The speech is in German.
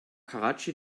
karatschi